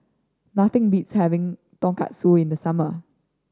nothing beats having Tonkatsu in the summer